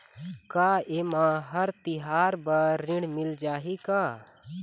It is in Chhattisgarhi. का ये मा हर तिहार बर ऋण मिल जाही का?